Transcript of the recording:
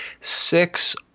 six